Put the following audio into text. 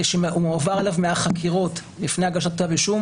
שמועבר אליו מהחקירות לפני הגשת כתב אישום.